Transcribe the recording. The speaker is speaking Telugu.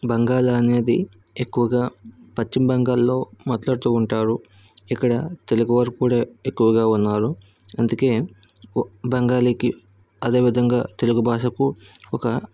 బంగాళ అనేది ఎక్కువగా పశ్చిమబెంగాల్లో మాట్లాడుతూ ఉంటారు ఇక్కడ తెలుగు వారు కూడా ఎక్కువగా ఉన్నారు అందుకే బెంగాలీకి అదే విధంగా తెలుగు భాషకు ఒక